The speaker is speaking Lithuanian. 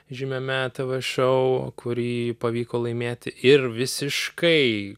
žymiame tv šou kurį pavyko laimėti ir visiškai